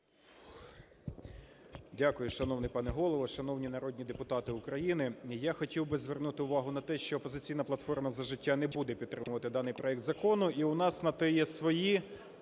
Дякую, шановний пане Голово. Шановні народні депутати України, я хотів би звернути увагу на те, що "Опозиційна платформа - За життя" не буде підтримувати даний проект закону і у нас є на те свої